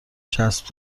چسب